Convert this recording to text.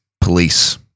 police